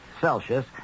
celsius